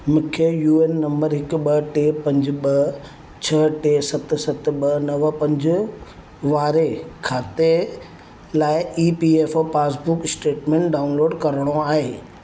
मूंखे U N number हिकु ॿ टे पंज ॿ छह टे सत सत ॿ नव पंज वारे खाते लाइ E P F O passbook statement download करिणो आहे